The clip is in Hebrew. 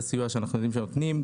זה סיוע שאנחנו יודעים שנותנים.